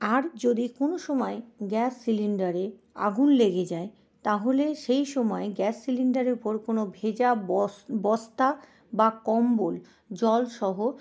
আর যদি কোনো সময় গ্যাস সিলিন্ডারে আগুন লেগে যায় তাহলে সেই সময় গ্যাস সিলিন্ডারের ওপর কোনো ভেজা বস্তা বা কম্বল জলসহ